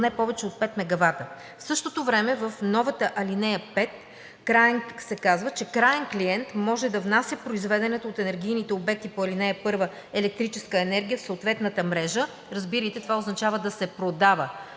не повече от 5 мегавата. В същото време, в новата ал. 5 се казва, че краен клиент може да внася произведената от енергийните обекти по ал. 1 електрическа енергия в съответната мрежа, разбирайте това означава да се продава.